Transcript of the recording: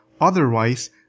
Otherwise